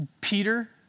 Peter